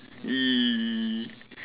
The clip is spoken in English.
!ee!